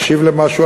מקשיב למשהו,